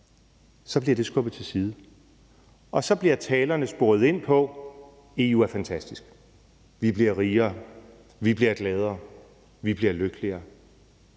EU, bliver det skubbet til side, og så bliver talerne sporet ind på dette: EU er fantastisk; vi bliver rigere, vi bliver gladere, vi bliver lykkeligere.